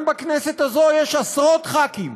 גם בכנסת הזאת יש עשרות חברי כנסת,